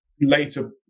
later